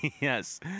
Yes